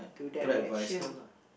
to that I advise her lah